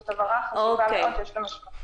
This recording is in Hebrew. זאת הבהרה חשובה מאוד, שיש לה משמעות.